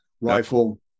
rifle